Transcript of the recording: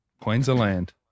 Queensland